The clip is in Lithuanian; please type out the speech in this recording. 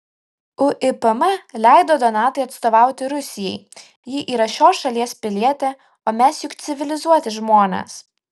uipm leido donatai atstovauti rusijai ji yra šios šalies pilietė o mes juk civilizuoti žmonės